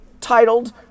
titled